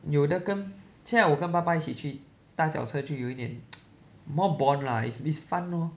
有的跟现在我跟爸爸一起去踏脚车就有一点 more bond lah it's fun lor